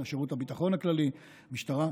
שירות הביטחון הכללי והמשטרה,